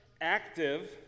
active